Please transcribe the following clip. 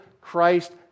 Christ